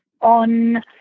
on